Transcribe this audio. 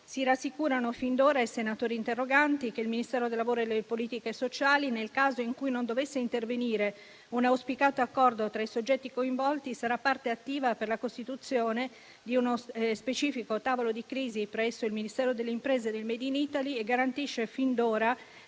Si rassicurano fin d'ora i senatori interroganti che il Ministero del lavoro e delle politiche sociali, nel caso in cui non dovesse intervenire un auspicato accordo tra i soggetti coinvolti, sarà parte attiva per la costituzione di uno specifico tavolo di crisi presso il Ministero delle imprese e del *made in Italy* e garantisce fin d'ora